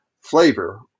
flavor